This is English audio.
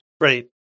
Right